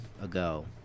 ago